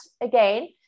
Again